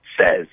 says